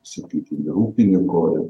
sakykim ir ūkininko